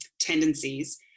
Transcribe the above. tendencies